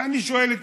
ואני שואל שאלה: